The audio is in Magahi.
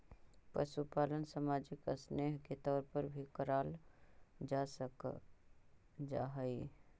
पशुपालन सामाजिक स्नेह के तौर पर भी कराल जा हई